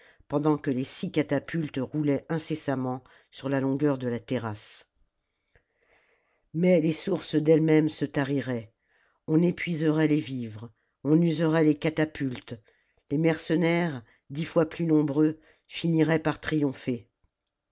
pendant que les six catapultes roulaient incessamment sur la longueur de la terrasse mais les sources d'elles-mêmes se tariraient on épuiserait les vivres on userait les catapultes les mercenaires dix fois plus nombreux finiraient par triompher